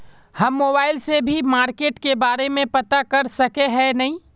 हम मोबाईल से भी मार्केट के बारे में पता कर सके है नय?